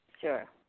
Sure